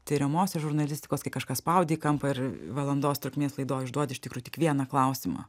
tiriamosios žurnalistikos kai kažką spaudi į kampą ir valandos trukmės laidoj užduoti iš tikro tik vieną klausimą